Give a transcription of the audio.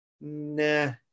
nah